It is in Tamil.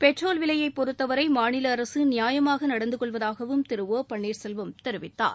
பெட்ரோல் விலையை பொறுத்தவரை மாநில அரசு நியாயமாக நடந்துகொள்வதாகவும் திரு ஒ பன்னீர்செல்வம் தெரிவித்தார்